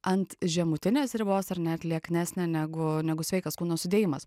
ant žemutinės ribos ar net lieknesnė negu negu sveikas kūno sudėjimas